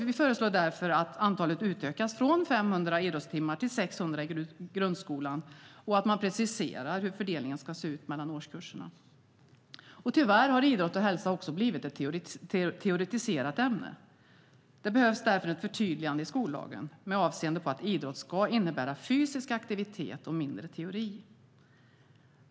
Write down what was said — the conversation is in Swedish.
Vi föreslår därför att antalet idrottstimmar utökas från 500 till 600 i grundskolan och att man preciserar hur fördelningen ska se ut mellan årskurserna. Tyvärr har idrott och hälsa också blivit ett teoretiserat ämne. Det behövs därför ett förtydligande i skollagen med avseende på att idrott ska innebära fysisk aktivitet och mindre teori.